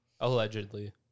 Allegedly